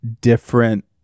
different